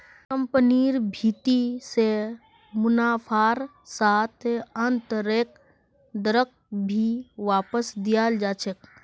कम्पनिर भीति से मुनाफार साथ आन्तरैक दरक भी वापस दियाल जा छे